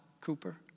Cooper